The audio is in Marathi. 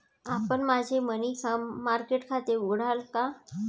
आपण माझे मनी मार्केट खाते उघडाल का?